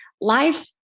life